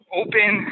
open